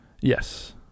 Yes